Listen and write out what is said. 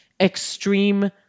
extreme